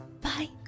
bye